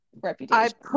reputation